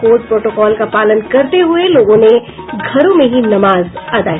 Covid protocol का पालन करते हुये लोगों ने घरों में ही नमाज अदा की